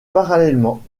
parallèlement